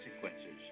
consequences